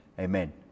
amen